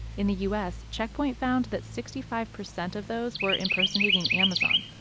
in the u s, check point found that sixty five percent of those were impersonating amazon.